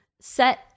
set